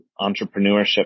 entrepreneurship